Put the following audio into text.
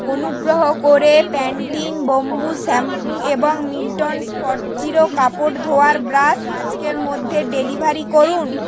অনুগ্রহ করে Pantene shampoo এবং মিল্টন স্পটজিরো কাপড় ধোয়ার ব্রাশ আজকের মধ্যে ডেলিভারি করুন